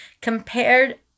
compared